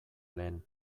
lehen